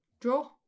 Draw